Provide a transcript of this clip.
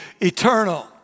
eternal